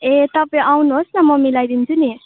ए तपाईँ आउनुहोस् न म मिलाइदिन्छु नि